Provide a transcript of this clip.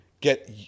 get